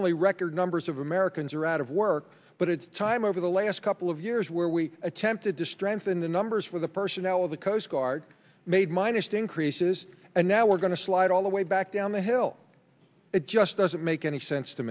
only record numbers of americans are out of work but it's time over the last couple of years where we attempted to strengthen the numbers for the personnel of the coast guard made my next increases and now we're going to slide all the way back down the hill it just doesn't make any sense to